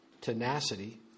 tenacity